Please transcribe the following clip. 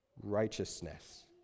Righteousness